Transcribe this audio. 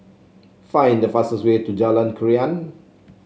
find the fastest way to Jalan Krian